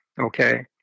Okay